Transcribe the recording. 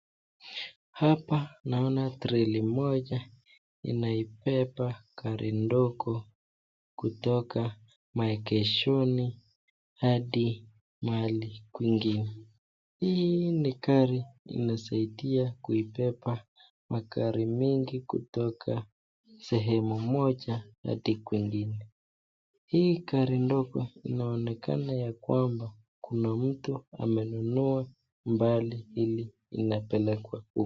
Hapa naona treli moja inaibeba gari ndogo kutoka maegeshoni hadi mahali kwingine, hii ni gari inasaidia kuibeba magari mingi kutoka sehemu moja hadi kwingine, hii gari ndogo inaonekana ya kwamba kuna mtu amenunua mbali ili inapelekwa huko.